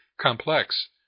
complex